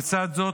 בצד זאת,